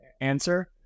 answer